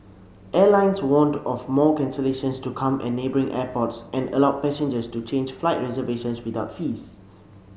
airlines warned of more cancellations to come at neighbouring airports and allowed passengers to change flight reservations without fees